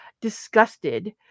disgusted